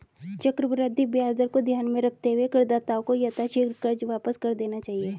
चक्रवृद्धि ब्याज दर को ध्यान में रखते हुए करदाताओं को यथाशीघ्र कर्ज वापस कर देना चाहिए